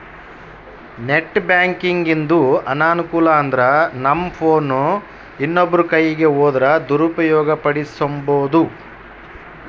net ಬ್ಯಾಂಕಿಂಗಿಂದು ಅನಾನುಕೂಲ ಅಂದ್ರನಮ್ ಫೋನ್ ಇನ್ನೊಬ್ರ ಕೈಯಿಗ್ ಹೋದ್ರ ದುರುಪಯೋಗ ಪಡಿಸೆಂಬೋದು